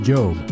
Job